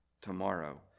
tomorrow